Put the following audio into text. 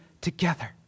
together